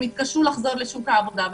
הם התקשו לחזור לשוק העבודה.